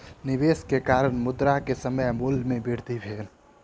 निवेश के कारण, मुद्रा के समय मूल्य में वृद्धि भेल